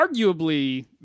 arguably